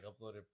uploaded